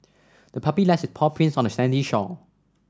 the puppy left its paw prints on the sandy shore